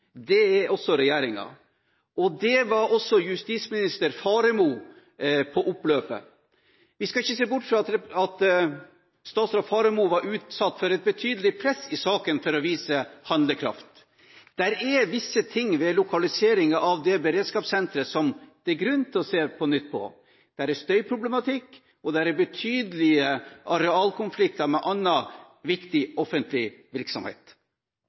Det er også regjeringen, og det var også tidligere justisminister Faremo i oppløpet. Vi skal ikke se bort fra at statsråd Faremo var utsatt for et betydelig press i saken, for å vise handlekraft. Det er visse forhold ved lokaliseringen av beredskapssenteret som det er grunn til å se på nytt på: Det er støyproblematikk, og det er betydelige arealkonflikter med annen viktig offentlig virksomhet.